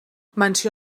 menció